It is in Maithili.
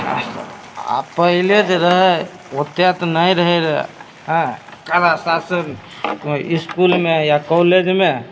आ पहिले जे रहै ओतेक नहि रहै रऽ एँ आबऽ शासन इसकूलमे या कौलेजमे